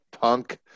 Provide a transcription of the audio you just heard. punk